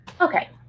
okay